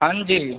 हाँ जी